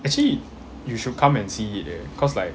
actually you should come and see it cause like